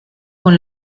con